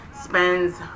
spends